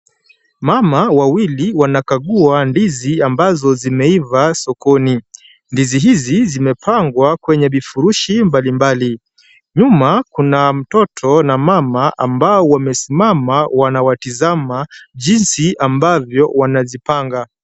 Mama wawili wanakagua ndizi ambazo zimeiva sokoni. Ndizi hizi zimepangwa kwenye vifurushi mbalimbali. Nyuma kuna mtoto na mama ambao wamesimama wanawatazama jinsi ambavyo wanazipanga.